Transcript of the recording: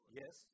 yes